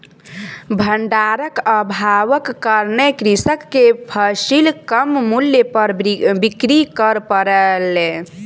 भण्डारक अभावक कारणेँ कृषक के फसिल कम मूल्य पर बिक्री कर पड़लै